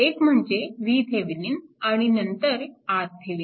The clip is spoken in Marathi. एक म्हणजे VThevenin आणि नंतर RThevenin